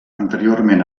anteriorment